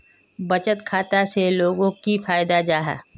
बचत खाता से लोगोक की फायदा जाहा?